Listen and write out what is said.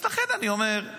לכן אני אומר,